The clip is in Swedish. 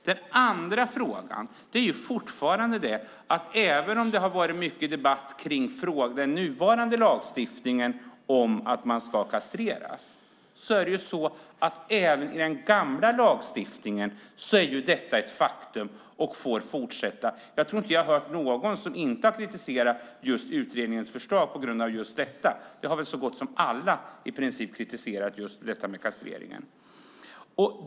Den andra frågan kvarstår fortfarande. Även om det har varit mycket debatt om den nuvarande lagstiftningen när det gäller att man ska kastreras är detta ett faktum i den gamla lagstiftningen, som får fortsätta. Jag tror inte att jag har hört någon som inte har kritiserat utredningens förslag på grund av just detta. Kastreringen är väl något som så gott som alla i princip har kritiserat.